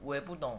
我也不懂